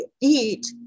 eat